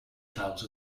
clouds